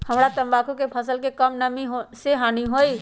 हमरा तंबाकू के फसल के का कम नमी से हानि होई?